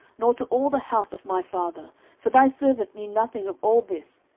nor to all the house of my father for thy servant knew nothing of all this,